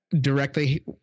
directly